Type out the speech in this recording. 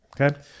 okay